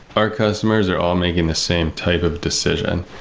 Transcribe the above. our customers are all making the same type of decision,